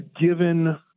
given